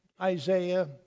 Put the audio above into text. Isaiah